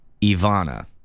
Ivana